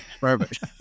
Perfect